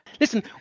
listen